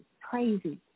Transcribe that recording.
crazy